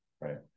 right